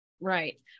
Right